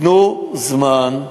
תנו זמן.